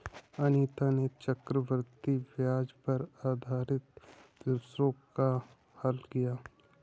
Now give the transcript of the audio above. अनीता ने चक्रवृद्धि ब्याज पर आधारित प्रश्नों को हल किया